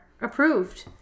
approved